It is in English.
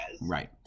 Right